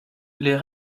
les